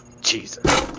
Jesus